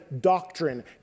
doctrine